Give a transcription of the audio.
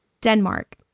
Denmark